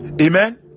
amen